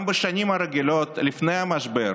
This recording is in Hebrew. גם בשנים הרגילות, לפני המשבר,